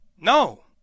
No